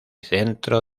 centro